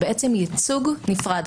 זה בעצם ייצוג נפרד.